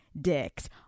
dicks